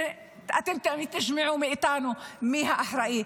ואתם תשמעו מאיתנו מי האחראי.